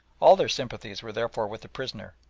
all their sympathies were therefore with the prisoner,